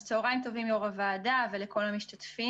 אז צוהריים טובים ליושב-ראש הוועדה ולכל המשתתפים.